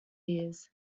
years